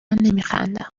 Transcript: نمیخندم